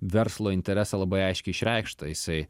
verslo interesą labai aiškiai išreikštą jisai